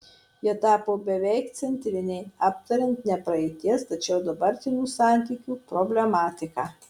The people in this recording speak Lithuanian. jie tapo beveik centriniai aptariant ne praeities tačiau dabartinių santykių problematiką